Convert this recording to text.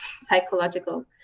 psychological